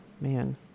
man